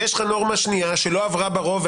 יש נורמה שנייה שלא עברה ברוב,